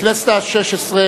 חבר הכנסת נסים זאב,